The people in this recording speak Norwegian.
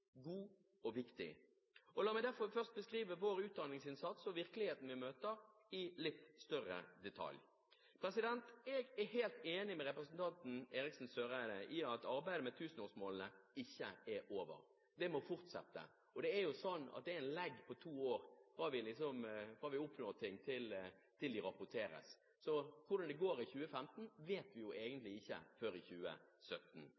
god og viktig. La meg derfor først beskrive vår utdanningsinnsats og virkeligheten vi møter, i litt større detalj. Jeg er helt enig med representanten Eriksen Søreide i at arbeidet med tusenårsmålene ikke er over – det må fortsette. Det er jo en legg på to år fra vi oppnår ting til de rapporteres. Så hvordan det går i 2015, vet vi